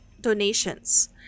donations